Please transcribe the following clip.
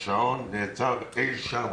השעון נעצר לו אי שם